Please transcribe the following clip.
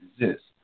exist